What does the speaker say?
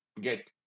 get